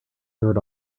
heard